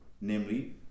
Namely